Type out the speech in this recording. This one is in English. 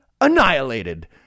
annihilated